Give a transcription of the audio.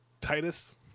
Titus